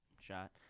shot